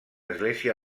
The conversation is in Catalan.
església